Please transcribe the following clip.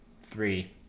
three